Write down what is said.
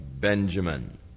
Benjamin